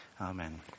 Amen